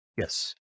yes